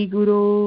Guru